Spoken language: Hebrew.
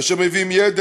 אשר מביאים ידע,